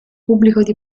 pubblico